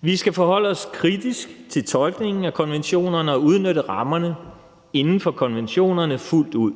Vi skal forholde os kritisk til tolkningen af konventionerne og udnytte rammerne inden for konventionerne fuldt ud.